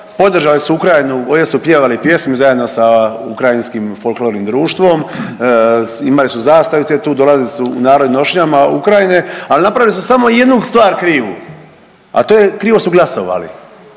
podržali su Ukrajinu, ovdje su pjevali pjesmu zajedno sa ukrajinskim folklornim društvom, imali su zastavice tu, dolazili su u narodnim nošnjama Ukrajine, ali napravili su samo jednu stvar krivu, a to je krivo su glasovali.